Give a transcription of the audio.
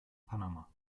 panama